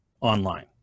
online